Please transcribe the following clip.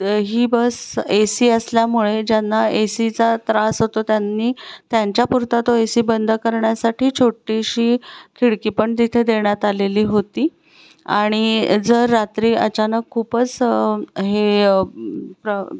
he bus A C असल्यामुळे ज्यांना A सीचा त्रास होतो त्यांनी त्यांच्या पुरता तो ए सी बंद करण्यासाठी छोटीशी खिडकी पण तिथे देण्यात आलेली होती आणि जर रात्री अचानक खूपच हे प्र